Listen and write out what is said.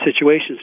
situations